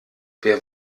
wer